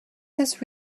this